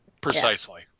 Precisely